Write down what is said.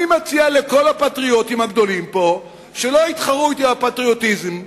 אני מציע לכל הפטריוטים הגדולים פה שלא יתחרו אתי על הפטריוטיזם.